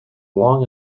long